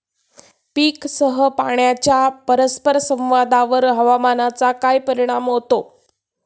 पीकसह पाण्याच्या परस्पर संवादावर हवामानाचा काय परिणाम होतो?